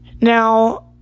Now